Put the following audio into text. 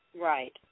Right